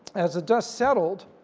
as the dust settled,